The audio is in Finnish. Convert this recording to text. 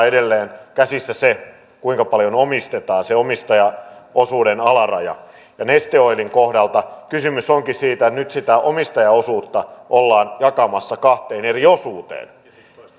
edelleen käsissään se kuinka paljon omistetaan se omistajaosuuden alaraja ja neste oilin kohdalla kysymys onkin siitä että nyt sitä omistajaosuutta ollaan jakamassa kahteen eri osuuteen